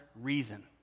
reason